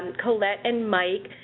and colette and mike.